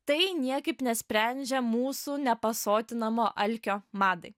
tai niekaip nesprendžia mūsų nepasotinamo alkio madai